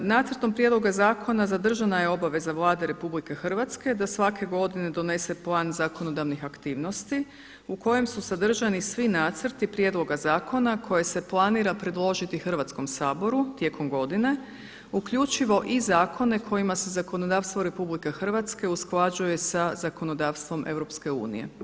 Nacrtom prijedloga zakona zadržana je obveza Vlade RH da svake godine donose plan zakonodavnih aktivnosti u kojem su sadržani svi nacrti prijedloga zakona koje se planira predložiti Hrvatskom saboru tijekom godine, uključivo i zakone kojima se zakonodavstvo RH usklađuje sa zakonodavstvom EU.